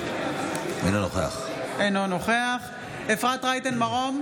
אינו נוכח אפרת רייטן מרום,